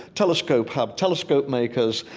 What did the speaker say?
telescope have telescope makers,